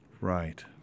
Right